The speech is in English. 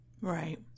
right